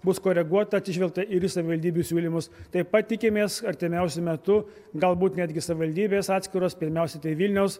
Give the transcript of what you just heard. bus koreguota atsižvelgta ir į savivaldybių siūlymus taip pat tikimės artimiausiu metu galbūt netgi savivaldybės atskiros pirmiausia tai vilniaus